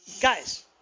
guys